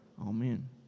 amen